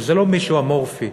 וזה לא מישהו אמורפי,